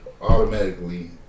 automatically